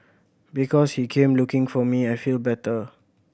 because he came looking for me I feel better